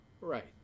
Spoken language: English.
Right